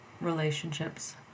relationships